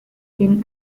skin